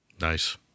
Nice